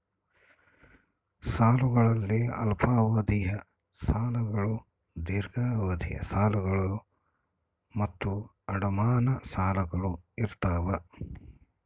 ಸಾಲಗಳಲ್ಲಿ ಅಲ್ಪಾವಧಿಯ ಸಾಲಗಳು ದೀರ್ಘಾವಧಿಯ ಸಾಲಗಳು ಮತ್ತು ಅಡಮಾನ ಸಾಲಗಳು ಇರ್ತಾವ